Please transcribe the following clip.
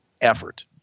effort